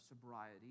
sobriety